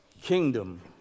kingdom